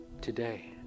today